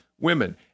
women